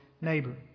neighbor